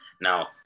Now